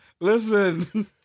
listen